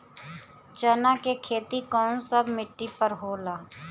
चन्ना के खेती कौन सा मिट्टी पर होला?